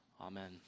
Amen